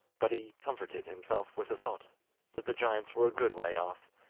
but he comforted himself with the thought that the giants were a good way off,